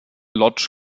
lodge